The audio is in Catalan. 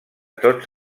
tots